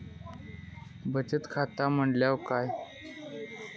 बचत खाता म्हटल्या काय?